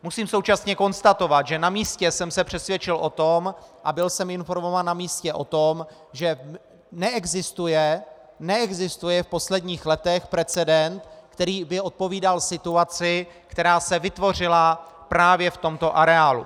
Musím současně konstatovat, že na místě jsem se přesvědčil o tom a byl jsem informován na místě o tom, že neexistuje v posledních letech precedent, který by odpovídal situaci, která se vytvořila právě v tomto areálu.